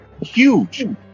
huge